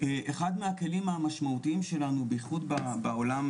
אחד מהכלים המשמעותיים שלנו בייחוד בעולם